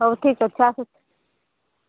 ହଉ ଠିକ୍ ଅଛି ଆସୁଛି